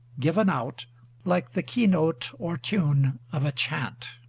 given out like the keynote or tune of a chant.